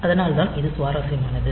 அதனால் தான் இது சுவாரஸ்யமானது